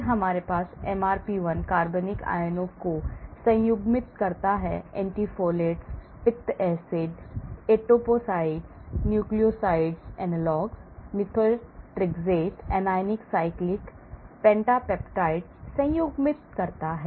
फिर हमारे पास MRP1 कार्बनिक आयनों को संयुग्मित करता है एंटी फोलेट्स पित्त acid etoposide nucleoside analogues methotrexate anionic cyclic pentapeptide संयुग्मित करता है